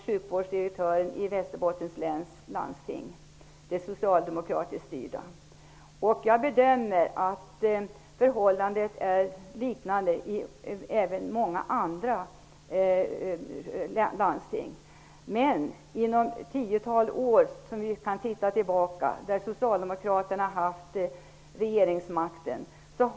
Jag bedömer att förhållandena är liknande i många landsting. Vi kan se tillbaka något tiotal år under vilka Socialdemokraterna har haft regeringsmakten.